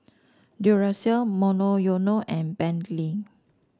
Duracell Monoyono and Bentley